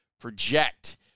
project